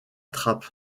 trappes